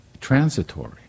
transitory